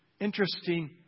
interesting